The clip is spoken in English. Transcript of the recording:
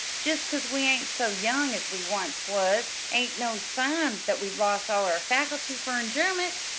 jest cause we ain't so young as we once was ain't no sign that we've lost all our faculty for enj'yment!